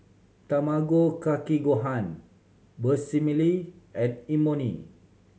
Tamago Kake Gohan and Imoni